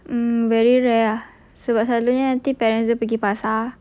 mm very rare ah sebab selalunya parents dia pergi pasar